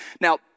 Now